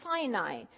sinai